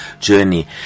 journey